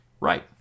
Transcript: Right